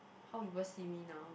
how people see me now